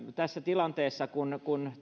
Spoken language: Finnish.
tässä tilanteessa kun